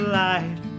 light